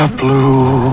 blue